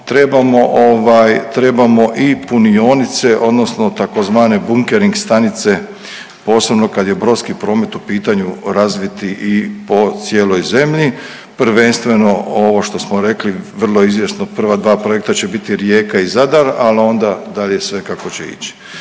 trebamo i punionice odnosno tzv. bunkering stanice posebno kad je brodski promet u pitanju razviti i po cijeloj zemlji. Prvenstveno ovo što smo rekli, vrlo izvjesno prva dva projekta će biti Rijeka i Zadar, ali onda dalje sve kako će ići.